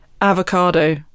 avocado